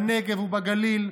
בנגב ובגליל,